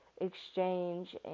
exchange